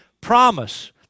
promise